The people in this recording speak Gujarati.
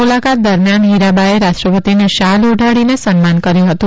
મુલાકાત દરમિયાન હિરા બા એ રાષ્ટ્રપતિને શાલ ઓઢાડીને સન્માન કર્યુ હતું